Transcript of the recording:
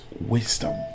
wisdom